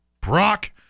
Brock